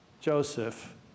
Joseph